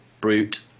brute